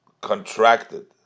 contracted